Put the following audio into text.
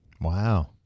Wow